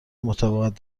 مطابقت